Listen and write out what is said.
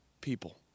people